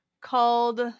called